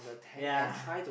ya